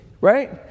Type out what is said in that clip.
Right